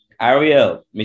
Ariel